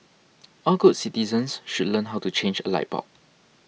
all good citizens should learn how to change a light bulb